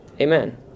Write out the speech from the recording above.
Amen